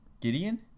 Gideon